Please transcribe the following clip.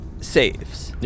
saves